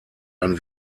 ein